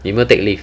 你有没有 take leave